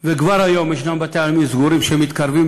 וכבר יש היום בתי-עלמין סגורים שמתקרבים